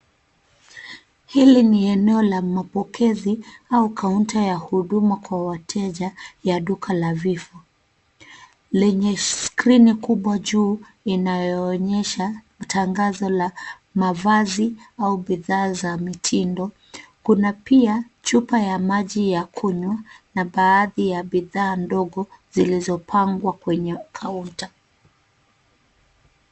Hili ni eneo la mapokezi au kaunta ya huduma kwa wateja ya duka nadhifu; lenye skrini kubwa juu inayoonyesha tangazo la mavazi au bidhaa za mitindo. Kuna pia chupa ya maji ya kunywa na baadhi ya bidhaa ndogo zilizopangwa kwenye kaunta.